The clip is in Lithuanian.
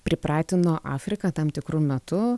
pripratino afriką tam tikru metu